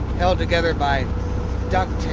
held together by duct tape